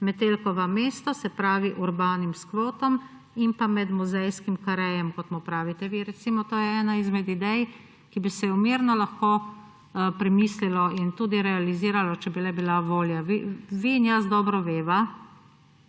Metelkova mesto, se pravi urbanim skvotom, in med muzejskim karejem, kot mu pravite vi. Recimo, to je ena izmed idej, ki bi se jo mirno lahko premislilo in tudi realiziralo, če bi le bila volja. Vi in jaz dobro veva,